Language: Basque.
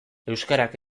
euskarak